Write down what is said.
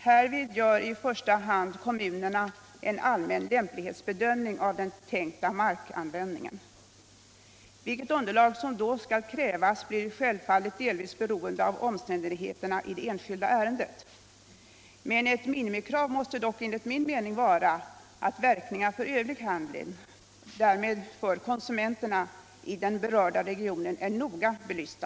Härvid gör i första hand kommunerna en allmän lämplighetsbedömning av den tänkta markanvändningen. Vilket underlag som då skall krävas blir självfallet delvis beroende av omständigheterna i det enskilda ärendet. Ett minimikrav måste dock enligt min mening vara att verkningarna för övrig handel — och därmed för konsumenterna — i den berörda regionen är noga belysta.